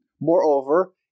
Moreover